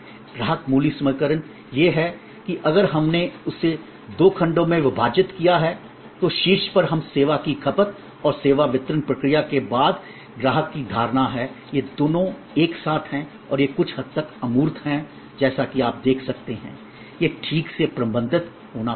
ग्राहक मूल्य समीकरण यह है कि अगर हमने इसे दो खंडों में विभाजित किया है तो शीर्ष पर हम सेवा की खपत और सेवा वितरण प्रक्रिया के बाद ग्राहक की धारणा है ये दोनों एक साथ हैं और ये कुछ हद तक अमूर्त हैं जैसा कि आप देख सकते हैं ये ठीक से प्रबंधित होना पड़ेगा